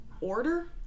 order